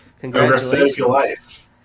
Congratulations